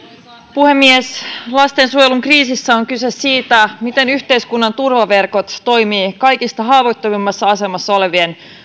puhemies lastensuojelun kriisissä on kyse siitä miten yhteiskunnan turvaverkot toimivat kaikista haavoittuvimmassa asemassa olevien